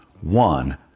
One